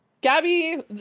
Gabby